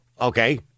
Okay